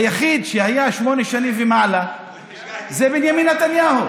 היחיד שהיה שמונה שנים ומעלה זה בנימין נתניהו,